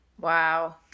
Wow